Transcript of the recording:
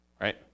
Right